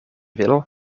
wil